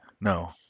No